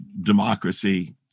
democracy